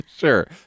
Sure